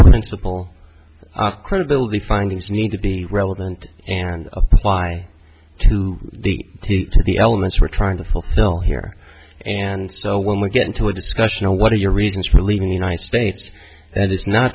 principle are credible the findings need to be relevant and apply to the elements we're trying to fulfill here and so when we get into a discussion now what are your reasons for leaving the united states that is not